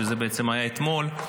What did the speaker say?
שזה בעצם היה אתמול,